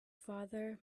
father